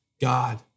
God